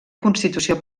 constitució